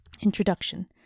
Introduction